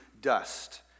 dust